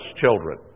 children